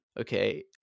okay